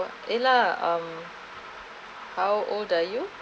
ayla um how old are you